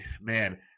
Man